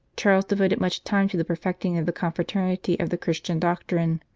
charles devoted much time to the perfecting of the confraternity of the christian doctrine.